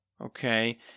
Okay